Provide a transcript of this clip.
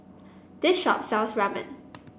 this shop sells Ramen